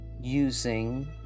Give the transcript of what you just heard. using